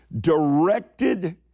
directed